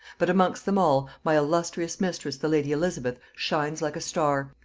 but amongst them all, my illustrious mistress the lady elizabeth shines like a star,